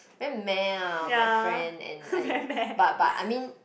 very meh ah my friend and I but but I mean